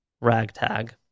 ragtag